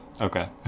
Okay